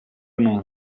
non